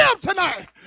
tonight